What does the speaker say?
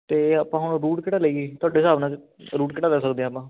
ਅਤੇ ਆਪਾਂ ਹੁਣ ਰੂਟ ਕਿਹੜਾ ਲਈਏ ਤੁਹਾਡੇ ਹਿਸਾਬ ਨਾਲ ਰੂਟ ਕਿਹੜਾ ਲੈ ਸਕਦੇ ਹਾਂ ਆਪਾਂ